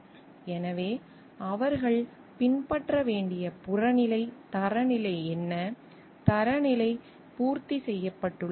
எனவே அவர்கள் பின்பற்ற வேண்டிய புறநிலை தரநிலை என்ன தரநிலை பூர்த்தி செய்யப்பட்டுள்ளது